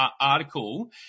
article